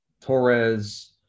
Torres